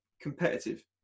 competitive